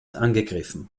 angegriffen